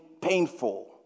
painful